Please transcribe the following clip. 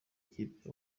ikipe